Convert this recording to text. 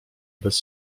bez